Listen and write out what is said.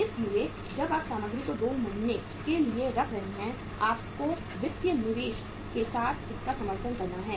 इसलिए जब आप सामग्री को 2 महीने के लिए रख रहे हैं आपको वित्तीय निवेश के साथ इसका समर्थन करना है